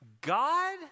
God